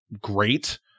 great